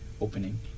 opening